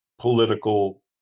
political